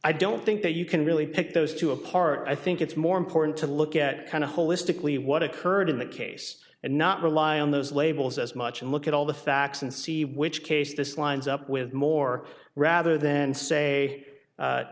i don't think that you can really pick those two apart i think it's more important to look at kind of holistically what occurred in that case and not rely on those labels as much and look at all the facts and see which case this lines up with more rather than say